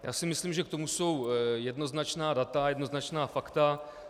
Já si myslím, že k tomu jsou jednoznačná data a jednoznačná fakta.